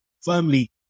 firmly